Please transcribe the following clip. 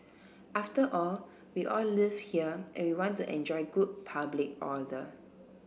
after all we all live here and we want to enjoy good public order